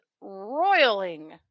roiling